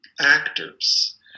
actors